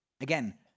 Again